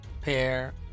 pair